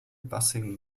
buzzing